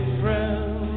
friend